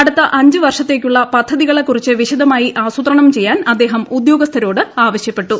അടുത്ത അഞ്ച് വർഷത്തേക്കുള്ള പദ്ധതികളെക്കുറിച്ച് വിശദമായി ആസൂത്രണം ചെയ്യാൻ അദ്ദേഹം ഉദ്യോഗസ്ഥരോട് ആവശ്യപ്പെട്ടു